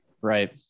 right